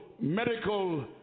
medical